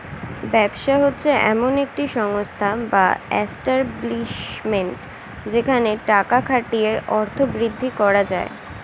ব্যবসা হচ্ছে এমন একটি সংস্থা বা এস্টাব্লিশমেন্ট যেখানে টাকা খাটিয়ে অর্থ বৃদ্ধি করা যায়